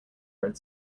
red